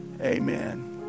amen